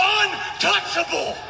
untouchable